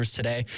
today